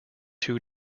two